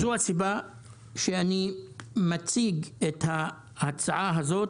זו הסיבה שאני מציג את ההצעה הזאת,